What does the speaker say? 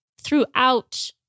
throughout